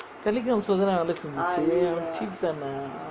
telecommunications lah தானே வேலே செஞ்சிச்சு:thaanae velae senjichu cheap தான்:thaan